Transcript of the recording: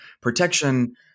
protection